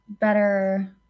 better